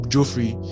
Joffrey